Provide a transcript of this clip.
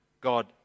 God